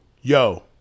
Yo